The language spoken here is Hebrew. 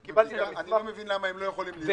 אני כבר מבין למה הם לא יכולים להיות.